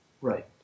Right